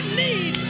need